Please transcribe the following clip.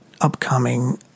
upcoming